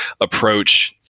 approach